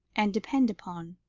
and depend upon?